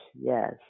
Yes